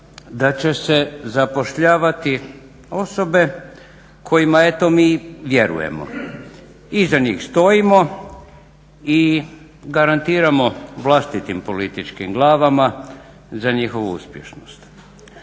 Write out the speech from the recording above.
da će se zapošljavati osobe kojima eto mi vjerujemo i za njih stojimo i garantiramo vlastitim političkim glavama za njihovu uspješnost.